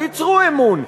תיצרו אמון,